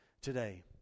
today